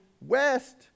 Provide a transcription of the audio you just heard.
west